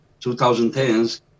2010s